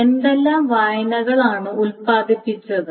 എന്തെല്ലാം വായനകളാണ് ഉത്പാദിപ്പിച്ചത്